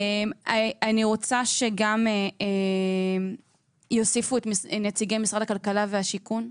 אני רוצה שגם יוסיפו את נציגי משרד הכלכלה והשיכון.